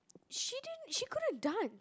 she didn't she couldn't dance